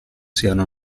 siano